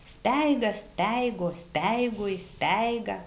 speigas speigo speigui speigą